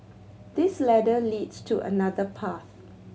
this ladder leads to another path